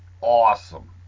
awesome